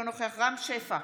אינו נוכח רם שפע,